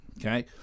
Okay